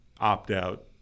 opt-out